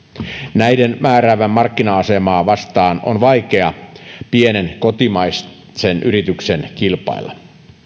näiden määräävää markkina asemaa vastaan on vaikea pienen kotimaisen yrityksen kilpailla